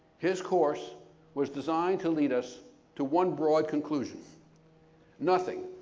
his course was designed to lead us to one broad conclusion nothing,